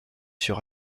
sur